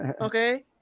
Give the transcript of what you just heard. Okay